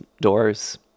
doors